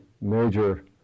major